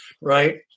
right